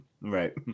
Right